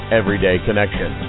everydayconnection